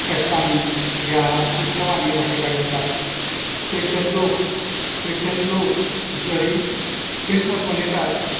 फेस्तांनी ह्या उत्सवांनी वांटेकारी जातात ख्रिश्चन लोक ख्रिश्चन लोक जरी ख्रिस्मस मनयतात